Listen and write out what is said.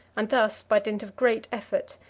and thus, by dint of great effort,